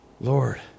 Lord